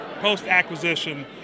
post-acquisition